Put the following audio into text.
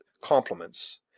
compliments